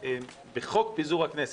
בחוק פיזור הכנסת,